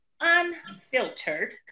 Unfiltered